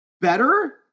better